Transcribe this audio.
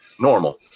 normal